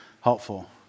helpful